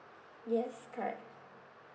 yes correct